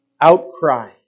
outcry